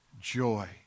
Joy